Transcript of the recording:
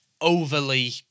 overly